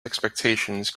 expectations